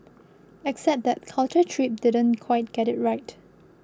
except that Culture Trip didn't quite get it right